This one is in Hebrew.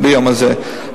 ביום הזה,